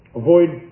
avoid